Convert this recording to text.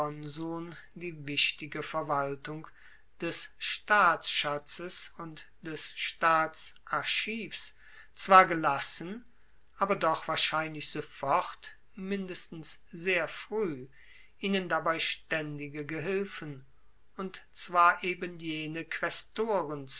die wichtige verwaltung des staatsschatzes und des staatsarchivs zwar gelassen aber doch wahrscheinlich sofort mindestens sehr frueh ihnen dabei staendige gehilfen und zwar eben jene